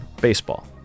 baseball